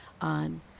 on